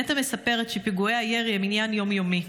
נטע מספרת שפיגועי הירי הם עניין יום-יומי.